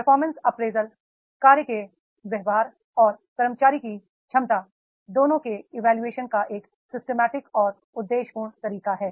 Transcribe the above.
performance appraisal कार्य के व्यवहार और कर्मचारी की क्षमता दोनों के इवोल्यूशन का एक सिस्टमैटिक और उद्देश्यपूर्ण तरीका है